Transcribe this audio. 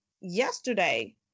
yesterday